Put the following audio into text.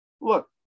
look